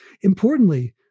importantly